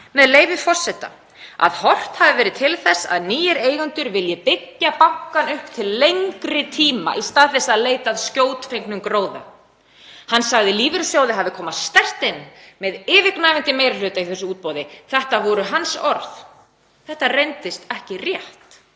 með leyfi forseta, „að horft hafi verið til þess að nýir eigendur vilji byggja bankann upp til lengri tíma í stað þess að leita að skjótfengnum gróða“. Hann sagði lífeyrissjóði hafa komið sterkt inn með yfirgnæfandi meiri hluta í þessu útboði. Þetta voru hans orð. Þetta reyndist ekki rétt